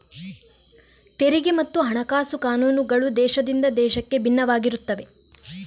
ತೆರಿಗೆ ಮತ್ತು ಹಣಕಾಸು ಕಾನೂನುಗಳು ದೇಶದಿಂದ ದೇಶಕ್ಕೆ ಭಿನ್ನವಾಗಿರುತ್ತವೆ